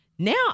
Now